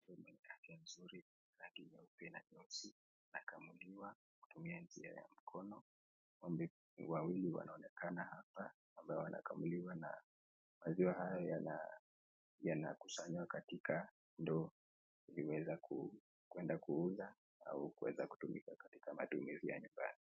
Ng'ombe wakiwa na afya nzuri, mweupe na nyeusi. Wanakamuliwa kutumia njia ya mkono. Ng'ombe wawili wanaonekana hapa ambao wanakamuliwa na maziwa haya yanakusanywa katika ndoo ili iweze kwenda kuuza au kuweza kutumika katika matumizi ya nyumbani.